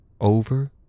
Over